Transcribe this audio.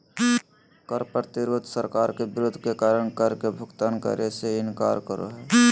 कर प्रतिरोध सरकार के विरोध के कारण कर के भुगतान करे से इनकार करो हइ